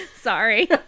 Sorry